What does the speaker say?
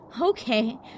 okay